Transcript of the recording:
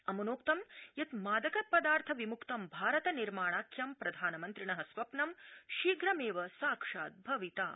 अमुनोक्त यत् मादक पदार्थ विमुक्त भारत निर्माणाख्यम् प्रधानमन्त्रिण स्वप्न शीघ्रमेव साक्षात्भविता